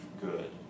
good